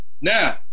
Now